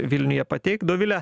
vilniuje pateikt dovile